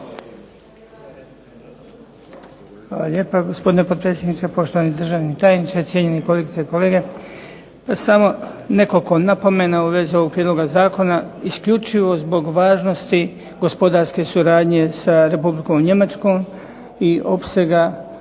Hvala lijepa gospodine potpredsjedniče, poštovani državni tajniče, cijenjeni kolegice i kolege. Pa samo nekoliko napomena u vezi ovoga prijedloga zakona isključivo zbog važnosti gospodarske suradnje sa Republikom Njemačkom i opsega